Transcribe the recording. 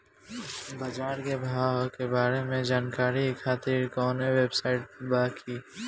बाजार के भाव के बारे में जानकारी खातिर कवनो वेबसाइट बा की?